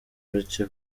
bake